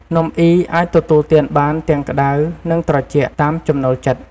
នំអុីអាចទទួលទានបានទាំងក្តៅ និងត្រជាក់ តាមចំណូលចិត្ត។